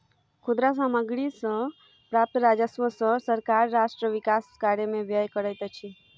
खुदरा सामग्री सॅ प्राप्त राजस्व सॅ सरकार राष्ट्र विकास कार्य में व्यय करैत अछि